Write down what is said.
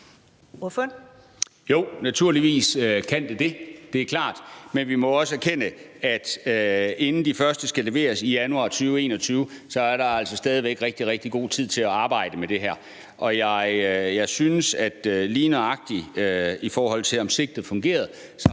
Jo, naturligvis kan det det, det er klart. Men vi må også erkende, at inden de første skal leveres i januar 2021, er der altså stadig væk rigtig, rigtig god tid til at arbejde med det her. Lige nøjagtig i forhold til om sigtet fungerer,